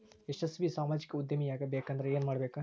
ಯಶಸ್ವಿ ಸಾಮಾಜಿಕ ಉದ್ಯಮಿಯಾಗಬೇಕಂದ್ರ ಏನ್ ಮಾಡ್ಬೇಕ